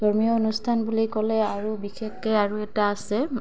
ধৰ্মীয় অনুষ্ঠান বুলি ক'লে আৰু বিশেষকৈ আৰু এটা আছে